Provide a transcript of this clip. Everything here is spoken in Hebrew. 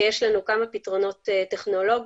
יש לנו כמה פתרונות טכנולוגיים.